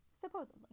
supposedly